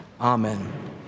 amen